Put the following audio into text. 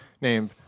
named